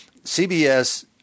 CBS